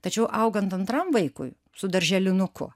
tačiau augant antram vaikui su darželinuku